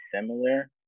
similar